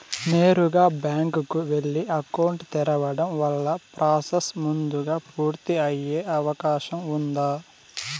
నేరుగా బ్యాంకు కు వెళ్లి అకౌంట్ తెరవడం వల్ల ప్రాసెస్ ముందుగా పూర్తి అయ్యే అవకాశం ఉందా?